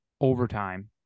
overtime